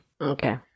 Okay